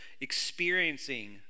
experiencing